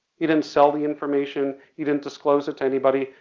he didn't sell the information, he didn't disclose it to anybody,